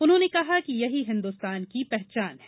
उन्होंने कहा कि यही हिंदुस्तान की पहचान है